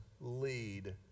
lead